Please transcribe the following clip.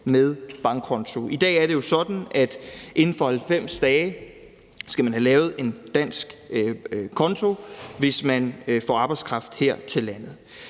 med bankkonto. I dag er det jo sådan, at der inden for 90 dage skal være oprettet en dansk konto, hvis man får arbejdskraft her til landet.